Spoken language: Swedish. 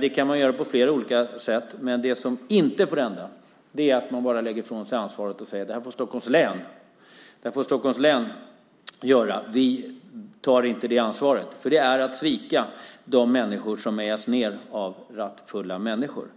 Det kan man göra på flera sätt. Det som inte får hända är att man bara lägger ifrån sig ansvaret och säger att det här får Stockholms län göra, vi tar inte ansvaret. Det är att svika dem som mejas ned av rattfulla människor.